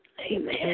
Amen